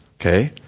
okay